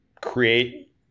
create